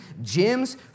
gyms